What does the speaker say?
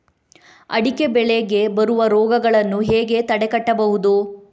ಅಡಿಕೆ ಬೆಳೆಗೆ ಬರುವ ರೋಗಗಳನ್ನು ಹೇಗೆ ತಡೆಗಟ್ಟಬಹುದು?